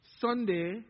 Sunday